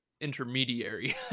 intermediary